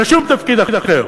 אין לה שום תפקיד אחר.